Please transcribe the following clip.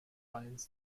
finds